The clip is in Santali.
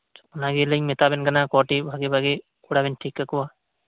ᱚᱱᱟᱜᱮᱞᱤᱧ ᱢᱮᱛᱟᱵᱮᱱ ᱠᱟᱱᱟ ᱠᱚᱴᱤ ᱵᱷᱟᱜᱤ ᱵᱷᱟᱜᱤ ᱠᱚᱲᱟ ᱵᱮᱱ ᱴᱷᱤᱠ ᱠᱟᱠᱚᱣᱟ